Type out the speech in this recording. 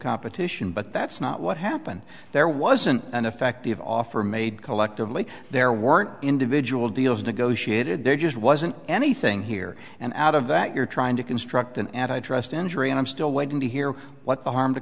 competition but that's not what happened there wasn't an effective offer made collectively there weren't individual deals negotiated there just wasn't anything here and out of that you're trying to construct an antitrust injury and i'm still waiting to hear what the harm t